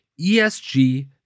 esg